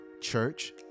church